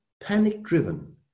panic-driven